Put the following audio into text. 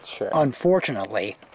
unfortunately